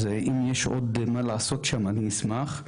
אם יש עוד מה לעשות שם, אני אשמח.